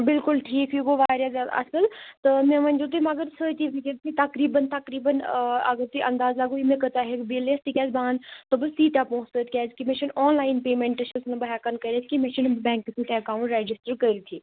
بلکل ٹھیٖک یہِ گوٚو واریاہ زیادٕ اصل تہٕ مےٚ ؤنزیٚو تُہی مگر سۭتی کہِ تقریبَن تقریبَن اگر تُہۍ اندازٕ لَگٲیو مےٚ کٲژاہ ہیٚکہِ بلِ یِتھ تِکیازِ بہٕ اَنہٕ صُبحس تیٖتیاہ پونسہٕ سۭتۍ کیازِ کہِ مے چھنہٕ آنلاین پیمٮ۪نٹ چھس نہٕ بہٕ ہیٚکن کٔرتھ کہیٚنہ مےٚ چھُنہٕ بینٛکس سۭتۍ اٮ۪کَونٹ رَجسٹر کٔرتھٕے